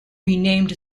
renamed